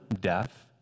death